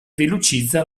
velocizza